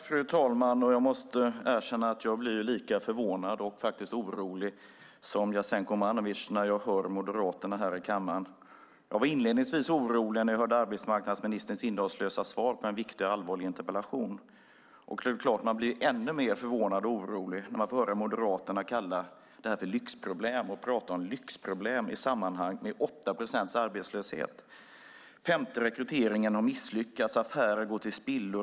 Fru talman! Jag måste erkänna att jag blir lika förvånad och orolig som Jasenko Omanovic när jag hör Moderaterna här i kammaren. Jag var inledningsvis orolig när jag hörde arbetsmarknadsministerns innehållslösa svar på en viktig och allvarlig interpellation. Det är klart att man blir ännu mer förvånad och orolig när man får höra Moderaterna kalla detta för lyxproblem. De pratar om lyxproblem i sammanhang med 8 procents arbetslöshet. Var femte rekrytering misslyckas. Affärer går till spillo.